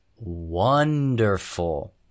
wonderful